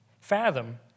fathom